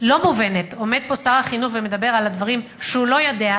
לא מובנת עומד פה שר החינוך ומדבר על הדברים שהוא לא יודע,